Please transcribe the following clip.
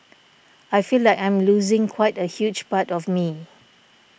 I feel like I'm losing quite a huge part of me